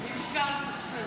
מכובדי